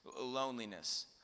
loneliness